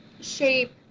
shape